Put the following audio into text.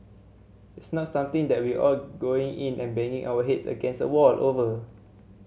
it's not something that we are going in and banging our heads against a wall over